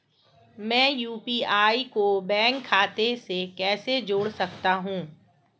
मैं यू.पी.आई को बैंक खाते से कैसे जोड़ सकता हूँ?